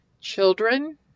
children